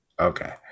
Okay